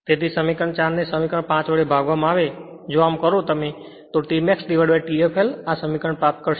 તેથી સમીકરણ 4 ને સમીકરણ 5 વડે ભાગવામાં આવે તો જો આમ કરશો તો T maxT fl આ સમીકરણ પ્રાપ્ત કરશે